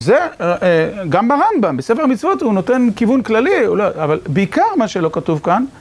זה גם ברמב"ם, בספר המצוות הוא נותן כיוון כללי, אבל בעיקר מה שלא כתוב כאן